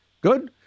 Good